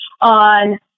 on